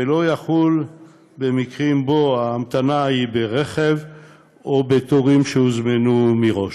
ולא יחול במקרים שבהם ההמתנה היא ברכב או בתורים שהוזמנו מראש.